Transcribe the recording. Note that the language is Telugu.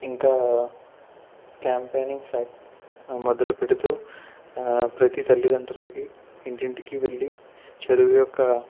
ఇంకా క్యాంపైనింగ్ స్టార్ట్ మొదలు పెడుతూ ప్రతి తల్లిదండ్రులకు ఇంటింటికి వెళ్ళి చదువు యొక్క